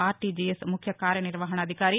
RTGS ముఖ్య కార్యనిర్వహణాధికారి C